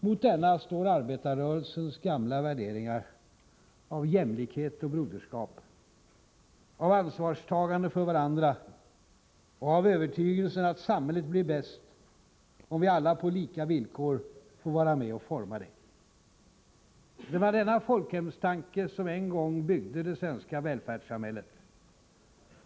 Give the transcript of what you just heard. Mot denna högerideologi står arbetarrörelsens gamla värderingar om jämlikhet, broderskap och ansvarstagande för varandra samt övertygelsen att samhället blir bäst om vi alla på lika villkor får vara med och forma det. Det var denna folkhemstanke som en gång byggde det svenska välfärdssamhället.